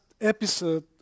episode